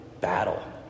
battle